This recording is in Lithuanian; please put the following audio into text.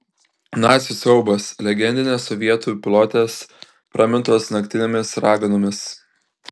nacių siaubas legendinės sovietų pilotės pramintos naktinėmis raganomis